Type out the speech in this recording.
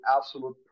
absolute